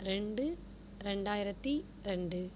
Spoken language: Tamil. ரெண்டு ரெண்டாயிரத்து ரெண்டு